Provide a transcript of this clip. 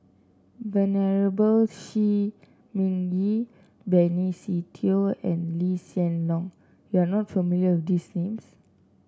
Venerable Shi Ming Yi Benny Se Teo and Lee Hsien Loong you are not familiar with these names